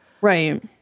Right